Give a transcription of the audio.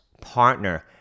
partner